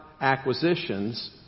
acquisitions